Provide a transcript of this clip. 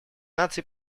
наций